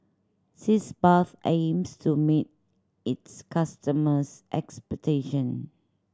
Sitz Bath aims to meet its customers' expectation